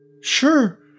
Sure